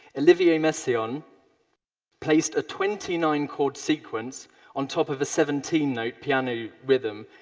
olivier messiaen placed a twenty nine chord sequence on top of a seventeen note piano rhythm,